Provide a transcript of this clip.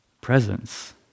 Presence